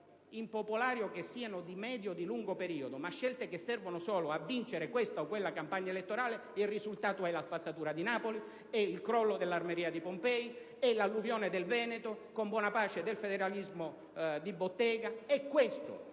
impopolari o di medio e lungo periodo, ma solo scelte che servono a vincere questa o quella campagna elettorale, il risultato è la spazzatura di Napoli, il crollo dell'Armeria di Pompei, l'alluvione nel Veneto, con buona pace del federalismo di bottega;